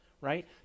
right